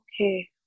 okay